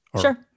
Sure